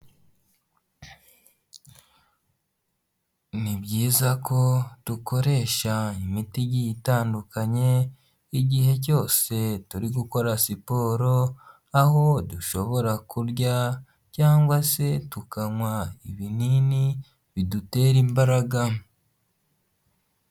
Ni byiza ko dukoresha imiti itandukanye igihe cyose turi gukora siporo, aho dushobora kurya cyangwa se tukanywa ibinini bidutera imbaraga.